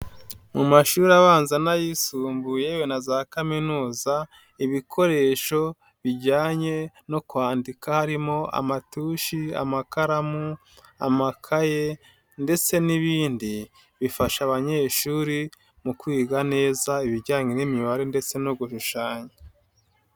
Mu mashuri abanza n'ayisumbuye na za Kaminuza, ibikoresho bijyanye no kwandika harimo amatushi, amakaramu, amakaye ndetse n'ibindi, bifasha abanyeshuri mu kwiga neza ibijyanye n'imibare ndetse no gushushanya.